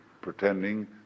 pretending